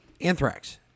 anthrax